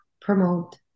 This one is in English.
promote